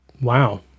Wow